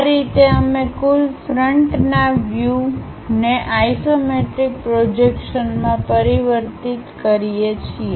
આ રીતે અમે ફુલ ફ્રન્ટના વ્યૂને આઇસોમેટ્રિક પ્રોજેક્શન માં પરિવર્તિત કરીએ છીએ